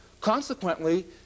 Consequently